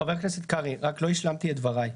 חבר הכנסת קרעי, רק לא השלמתי את דבריי.